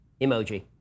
Emoji